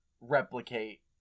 replicate